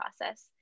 process